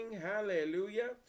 Hallelujah